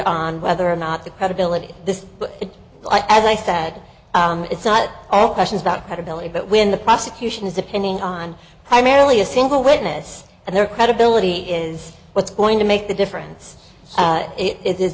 on whether or not the credibility this i as i said it's not all questions about credibility but when the prosecution is depending on i merely a single witness and their credibility is what's going to make the difference it is